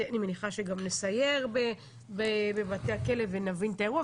אני מניחה שגם נסייר בבתי הכלא ונבין את האירוע,